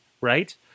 right